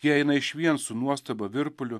jie eina išvien su nuostaba virpuliu